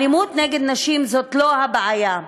האלימות נגד נשים היא לא הבעיה.